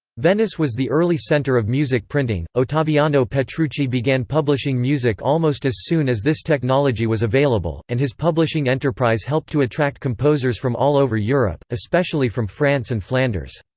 venice was the early center of music printing ottaviano petrucci began publishing music almost as soon as this technology was available, and his publishing enterprise helped to attract composers from all over europe, especially from france and flanders.